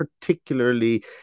particularly